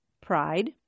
pride